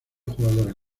jugadores